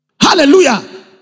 Hallelujah